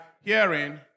hearing